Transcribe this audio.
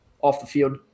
off-the-field